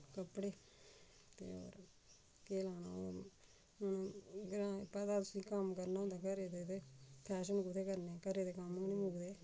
कपड़े ते होर केह् लाना होर हून ग्रांऽ पता तुसें कम्म करना होंदे घरे दे ते फैशन कुत्थै करने घरै दे कम्म नी मुकदे